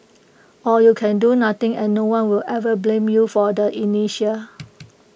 or you can do nothing and no one will ever blame you for the inertia